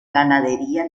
ganadería